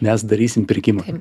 mes darysim pirkimą